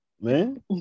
man